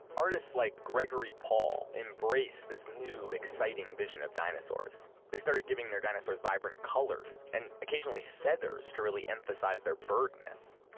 artists like gregory paul embraced this new exciting vision of dinosaurs. they started giving their dinosaurs vibrant colors and occasionally feathers to really emphasize their bird-ness.